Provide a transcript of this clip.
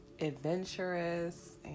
adventurous